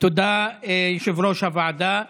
תודה, יושב-ראש הוועדה.